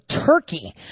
Turkey